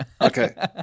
Okay